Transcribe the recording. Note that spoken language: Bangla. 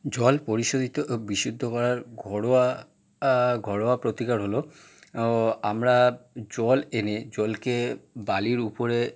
জল পরিশোধিত ও বিশুদ্ধ করার ঘরোয়া ঘরোয়া প্রতিকার হলো ও আমরা জল এনে জলকে বালির উপরে